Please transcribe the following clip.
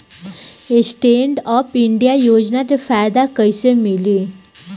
Stand up India योजना के फायदा कैसे मिली?